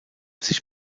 sich